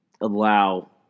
allow